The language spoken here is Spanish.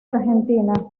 argentina